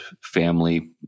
family